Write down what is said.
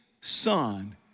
son